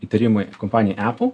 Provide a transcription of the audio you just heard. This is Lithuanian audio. įtarimai kompanijai epul